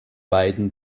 beiden